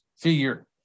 figure